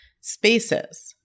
spaces